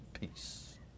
peace